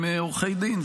הם עורכי דין,